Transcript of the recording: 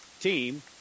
team